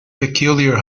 peculiar